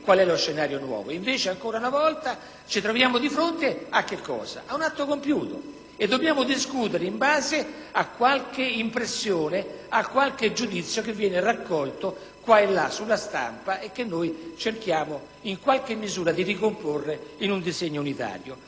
Invece, ancora una volta, ci troviamo di fronte ad un atto compiuto e dobbiamo discutere in base a qualche impressione, a qualche giudizio raccolto qua e là sulla stampa e che noi cerchiamo di ricomporre in un disegno unitario.